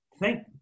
Thank